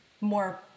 more